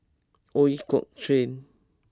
Ooi Kok Chuen